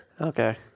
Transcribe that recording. okay